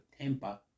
temper